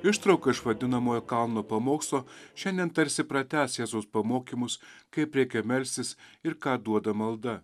ištrauka iš vadinamojo kalno pamokslo šiandien tarsi pratęs jėzaus pamokymus kaip reikia melstis ir ką duoda malda